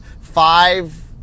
five